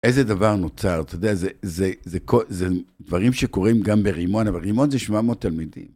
איזה דבר נוצר, אתה יודע, זה דברים שקורים גם ברימון, אבל רימון זה 700 תלמידים.